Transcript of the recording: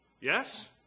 Yes